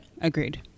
Agreed